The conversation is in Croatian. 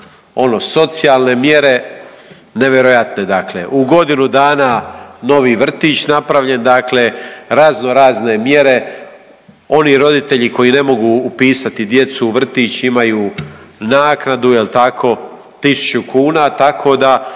ono socijalne mjere nevjerojatne, dakle u godinu dana novi vrtić napravljen. Dakle, razno razne mjere. Oni roditelji koji ne mogu upisati djecu u vrtić imaju naknadu 1000 kuna, tako da